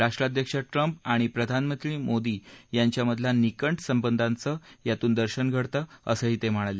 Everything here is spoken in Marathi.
राष्ट्राध्यक्ष ट्रम्प आणि प्रधानमंत्री मोदी यांच्यामध्यल्या निकट संबधामधून याचं दर्शन घडत असं ते म्हणाले